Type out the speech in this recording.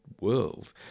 world